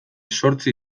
zortzi